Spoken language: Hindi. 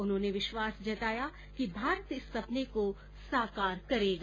उन्होने विश्वास जताया कि भारत इस सपने को साकार करेगा